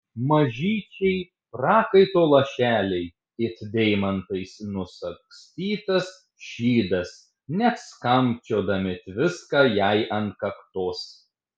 mažyčiai prakaito lašeliai it deimantais nusagstytas šydas net skambčiodami tviska jai ant kaktos